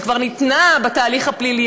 שכבר ניתנה בתהליך הפלילי?